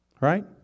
Right